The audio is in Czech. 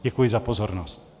Děkuji za pozornost.